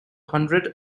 hundred